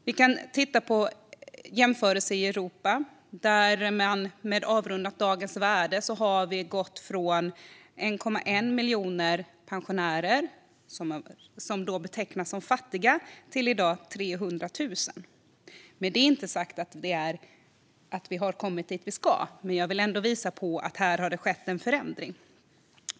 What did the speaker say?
Om man tittar på jämförelser i Europa ser man att vi, avrundat dagens värde, har gått från 1,1 miljoner pensionärer som betecknas som fattiga till 300 000 i dag. Därmed inte sagt att vi har kommit dit vi ska, men jag vill ändå visa på en förändring som har skett.